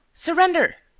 surrender!